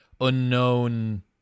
unknown